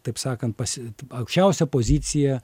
taip sakant pasi aukščiausią poziciją